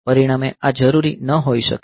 પરિણામે આ જરૂરી ન હોઈ શકે